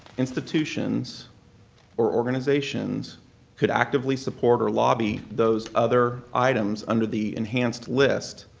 institutions or organizations could actively support or lobby those other items under the enhanced list,